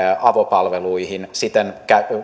avopalveluihin siten